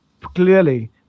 clearly